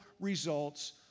results